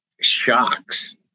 shocks